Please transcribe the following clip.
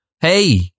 Hey